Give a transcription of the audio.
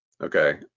okay